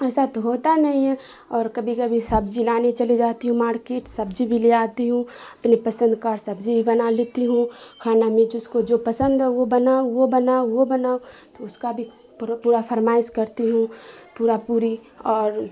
ایسا تو ہوتا نہیں ہے اور کبھی کبھی سبزی لانے چلی جاتی ہوں ماڑکیٹ سبزی بھی لے آتی ہوں اپنی پسند کا اور سبزی بھی بنا لیتی ہوں کھانا میں جس کو جو پسند ہے وہ بناؤ وہ بناؤ وہ بناؤ تو اس کا بھی پورا فرمائش کرتی ہوں پورا پوری اور